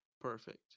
Perfect